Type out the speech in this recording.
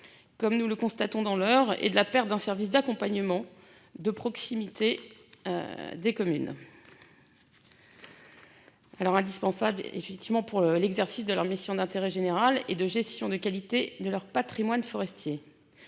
comme nous le constatons dans l'Eure et de la perte d'un service d'accompagnement de proximité des communes. Alors indispensable effectivement pour l'exercice de leur mission d'intérêt général et de gestion de qualité de leur Patrimoine forestier,